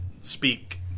speak